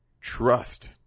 trust